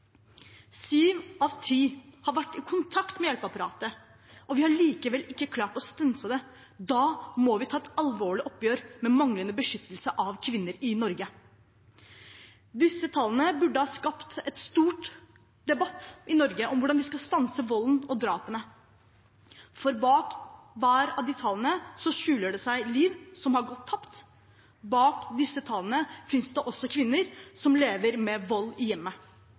av ti har vært i kontakt med hjelpeapparatet. Vi har likevel ikke klart å stanse det. Da må vi ta et alvorlig oppgjør med manglende beskyttelse av kvinner i Norge. Disse tallene burde ha skapt en stor debatt i Norge om hvordan vi skal stanse volden og drapene, for bak hvert av de tallene skjuler det seg et liv som har gått tapt. Bak disse tallene finnes det også kvinner som lever med vold i hjemmet.